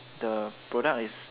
the product is